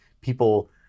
people